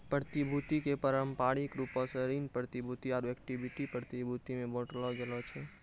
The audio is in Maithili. प्रतिभूति के पारंपरिक रूपो से ऋण प्रतिभूति आरु इक्विटी प्रतिभूति मे बांटलो गेलो छै